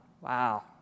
Wow